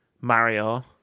Mario